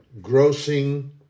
grossing